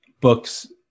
books